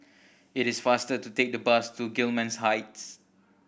it is faster to take the bus to Gillman Heights